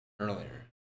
earlier